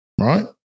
right